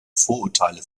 vorurteile